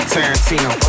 Tarantino